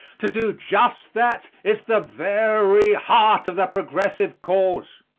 to do just that is the very heart of the progressive cause.